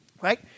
Right